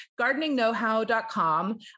gardeningknowhow.com